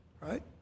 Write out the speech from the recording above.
Right